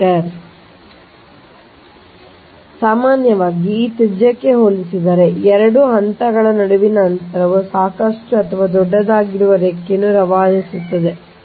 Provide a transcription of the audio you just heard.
ಆದ್ದರಿಂದ ಸಾಮಾನ್ಯವಾಗಿ ಇದು ತ್ರಿಜ್ಯಕ್ಕೆ ಹೋಲಿಸಿದರೆ 2 ಹಂತಗಳ ನಡುವಿನ ಅಂತರವು ಸಾಕಷ್ಟು ಅಥವಾ ದೊಡ್ಡದಾಗಿರುವ ರೇಖೆಯನ್ನು ರವಾನಿಸುತ್ತದೆ